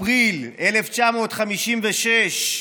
אפריל 1956,